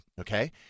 okay